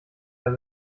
der